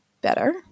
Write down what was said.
better